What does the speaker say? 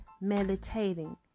meditating